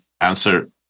answer